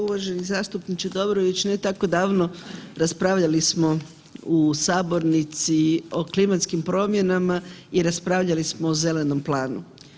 Uvaženi zastupniče Dobrović, ne tako davno raspravljali smo u sabornici o klimatskim promjenama i raspravljali smo o Zelenom planu.